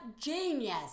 genius